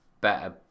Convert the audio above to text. better